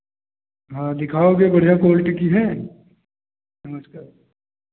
हाँ दिखाओगे बढ़ियाँ क्वालिटी की है नमस्कार